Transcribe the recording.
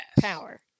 power